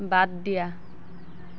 বাদ দিয়া